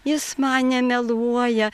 jis man nemeluoja